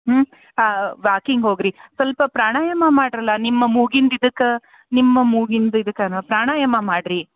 ಹ್ಞೂ ಹಾಂ ವಾಕಿಂಗ್ ಹೋಗಿ ರೀ ಸ್ವಲ್ಪ ಪ್ರಾಣಾಯಾಮ ಮಾಡಿರಲ್ಲ ನಿಮ್ಮ ಮೂಗಿಂದು ಇದಕ್ಕೆ ನಿಮ್ಮ ಮೂಗಿಂದು ಇದಕ್ಕೆನ ಪ್ರಾಣಾಯಾಮ ಮಾಡಿರಿ